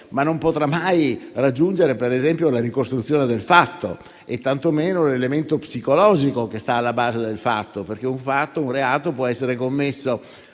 ma non potrà mai raggiungere, per esempio, la ricostruzione del fatto e tantomeno l'elemento psicologico che sta alla base del fatto, perché un reato può essere commesso